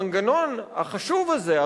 המנגנון החשוב הזה,